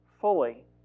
fully